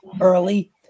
early